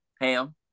ham